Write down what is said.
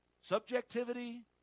subjectivity